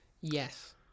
Yes